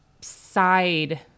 side